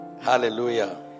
Hallelujah